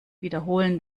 wiederholen